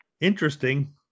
interesting